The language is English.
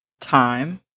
time